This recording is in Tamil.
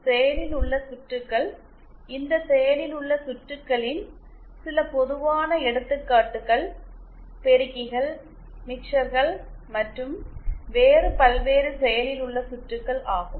இப்போது செயலில் உள்ள சுற்றுகள் இந்த செயலில் உள்ள சுற்றுகளின் சில பொதுவான எடுத்துக்காட்டுகள் பெருக்கிகள் மிக்சர்கள் மற்றும் வேறு பல்வேறு செயலில் உள்ள சுற்றுகள் ஆகும்